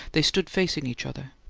they stood facing each other.